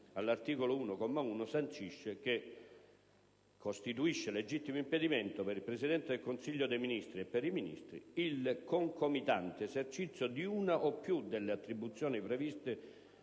all'articolo 1, comma 1, sancisce che costituisce legittimo impedimento per il Presidente del Consiglio dei ministri e per i Ministri «il concomitante esercizio di una o più delle attribuzioni previste